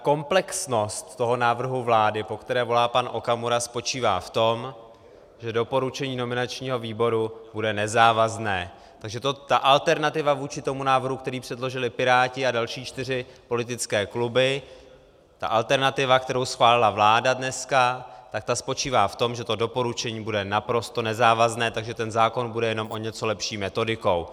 Komplexnost toho návrhu vlády, po které volá pan Okamura, spočívá v tom, že doporučení nominačního výboru bude nezávazné, takže alternativa vůči návrhu, který předložili Piráti a další čtyři politické kluby, alternativa, kterou schválila dneska vláda, spočívá v tom, že doporučení bude naprosto nezávazné, takže ten zákon bude jenom o něco lepší metodikou.